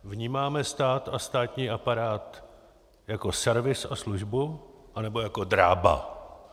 Vnímáme stát a státní aparát jako servis a službu, anebo jako drába?